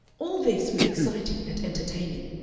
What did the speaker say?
all this was exciting and entertaining.